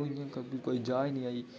ओह् इं'या कोई जाच निं आई